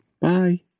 Bye